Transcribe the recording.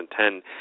2010